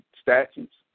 statutes